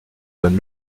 donne